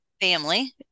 family